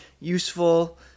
useful